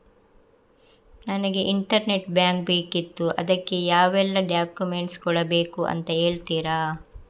ನನಗೆ internet bank ಬೇಕಿತ್ತು ಅದಕ್ಕೆ ಯಾವೆಲ್ಲಾ ಡಾಕ್ಯುಮೆಂಟ್ಸ್ ಕೊಡ್ಬೇಕು ಅಂತ ಹೇಳ್ತಿರಾ?